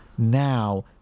now